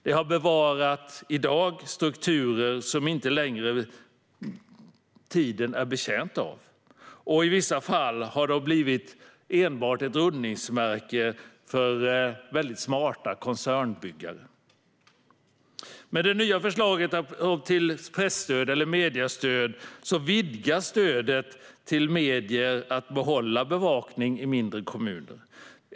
Det har bevarat strukturer som ingen längre är betjänt av och har i vissa fall enbart blivit ett rundningsmärke för väldigt smarta koncernbyggare. Med det nya förslaget till mediestöd vidgas stödet till medier för att kunna behålla bevakning i mindre kommuner.